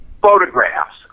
photographs